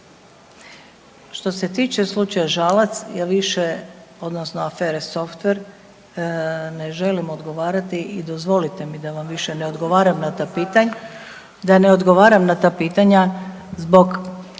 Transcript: Što se tiče slučaja Žalac, ja više, odnosno afere softver ne želim odgovarati i dozvolite mi da vam više ne odgovaram na ta pitanja, da ne odgovaram na ta pitanja zbog